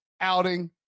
outing